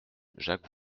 jacques